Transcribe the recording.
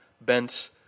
bent